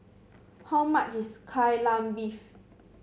how much is Kai Lan Beef